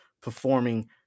performing